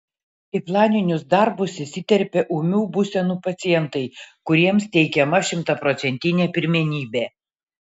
į planinius darbus įsiterpia ūmių būsenų pacientai kuriems teikiama šimtaprocentinė pirmenybė